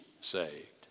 saved